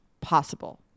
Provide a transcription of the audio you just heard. possible